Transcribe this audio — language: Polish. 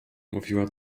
mówiła